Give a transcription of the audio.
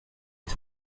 est